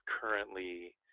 currently